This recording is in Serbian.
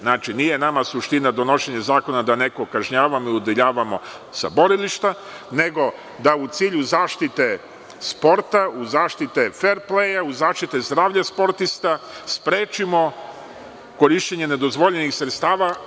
Znači, nije nama suština donošenje zakona, da nekog kažnjavamo i udaljavamo sa borilišta, nego da u cilju zaštite sporta, zaštite fer pleja, zaštite zdravlja sportista sprečimo korišćenje nedozvoljenih sredstava.